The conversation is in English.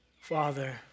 Father